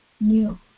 new